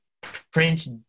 Prince